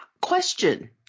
Question